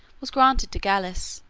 was granted to gallus,